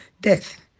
death